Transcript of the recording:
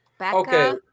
Okay